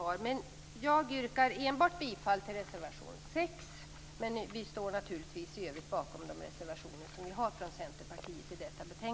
Jag yrkar bifall enbart till reservation 6, men vi står naturligtvis bakom övriga reservationer från